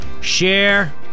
Share